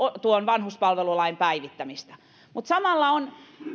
tuon vanhuspalvelulain päivittämisessä mutta samalla on